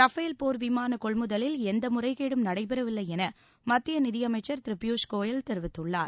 Rafale போர் விமான கொள்முதலில் எந்த முறைகேடும் நடைபெறவில்லை என மத்திய நிதியமைச்சர் திரு பியூஷ் கோயல் தெரிவித்துள்ளார்